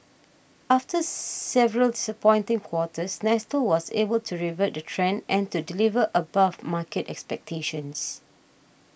after several disappointing quarters Nestle was able to revert the trend and to deliver above market expectations